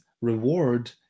reward